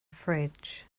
fridge